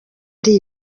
ari